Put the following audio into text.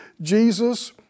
Jesus